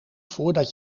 voordat